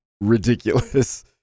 ridiculous